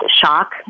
shock